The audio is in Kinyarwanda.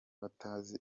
batazi